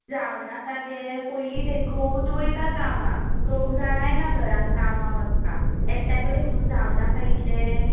जावं नाका गे पयलीच एक घोवूच वयता कामांग दोग जाणांय ना घरान कामांग वचपाक एकट्या कडेन म्हणून जावं नाका इतलें